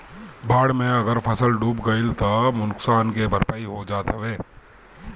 बाढ़ में अगर फसल डूब गइल तअ सब नुकसान के भरपाई हो जात हवे